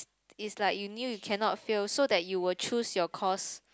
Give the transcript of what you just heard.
is like you knew you cannot fail so that you will choose your course